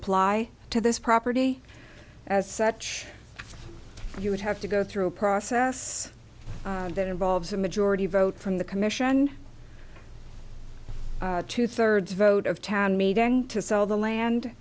apply to this property as such you would have to go through a process that involves a majority vote from the commission two thirds vote of town meeting to sell the land